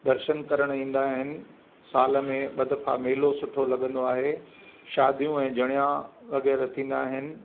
दर्शन करण ईंदा आहिनि साल में ॿ दफ़ा मेलो सुठो लगंदो आहे शादियूं ऐं जणयां वगै़रह थींदा आहिनि